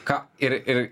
ką ir ir